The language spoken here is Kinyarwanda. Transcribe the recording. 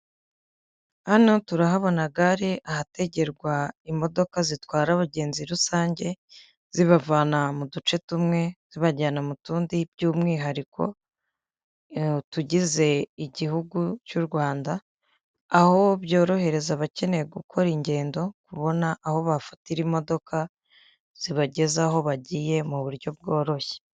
Hano turahabona gare ahategerwa imodoka zitwara abagenzi rusange ,zibavana mu duce tumwe zibajyana mu tundi by'umwihariko utugize Igihugu cy'u Rwanda, aho byorohereza abakeneye gukora ingendo kubona aho bafatira imodoka zibageza aho bagiye mu buryo bworoshye.